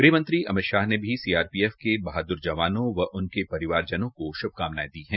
गृह मंत्री अमित शाह ने भी सीआरपीएफ के बहादुर जवानों व उनके परिवारजनों को शुभकामनायें दी है